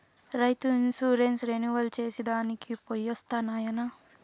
రైతు insurance renewal చేసి దానికి పోయొస్తా నాయనా